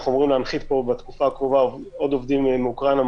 אנחנו אמורים להנחית פה בתקופה הקרובה עוד עובדים מאוקראינה,